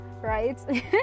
right